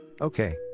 Okay